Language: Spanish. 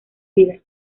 vida